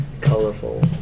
colorful